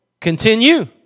continue